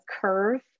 curve